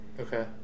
Okay